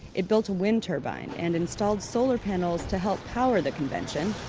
it built a wind turbine and installed solar panels to help power the convention